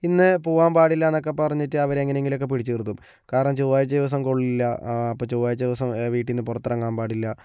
ഇന്ന് പോവാൻ പാടില്ല എന്നൊക്കെ പറഞ്ഞിട്ട് അവരെങ്ങനെയെങ്കിലൊക്കെ പിടിച്ചു നിർത്തും കാരണം ചൊവ്വാഴ്ച ദിവസം കൊള്ളില്ല അപ്പോൾ ചൊവ്വാഴ്ച ദിവസം വീട്ടിൽ നിന്ന് പുറത്തിറങ്ങാൻ പാടില്ല